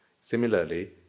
Similarly